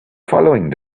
following